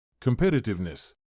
Competitiveness